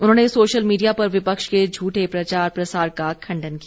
उन्होंने social media पर विपक्ष के झूठे प्रचार प्रसार का खंडन किया